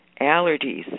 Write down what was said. allergies